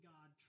God